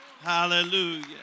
Hallelujah